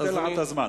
אני אתן לך את הזמן,